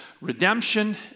Redemption